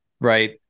right